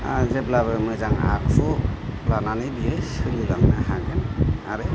जेब्लाबो मोजां आखु लानानै बियो सोलिलांनो हागोन आरो